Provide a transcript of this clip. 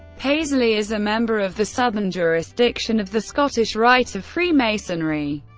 paisley is a member of the southern jurisdiction of the scottish rite of freemasonry,